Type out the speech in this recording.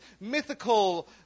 mythical